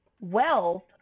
wealth